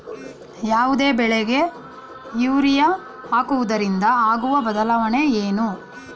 ಯಾವುದೇ ಬೆಳೆಗೆ ಯೂರಿಯಾ ಹಾಕುವುದರಿಂದ ಆಗುವ ಬದಲಾವಣೆ ಏನು?